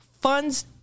funds